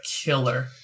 killer